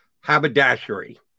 Haberdashery